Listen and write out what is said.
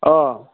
অঁ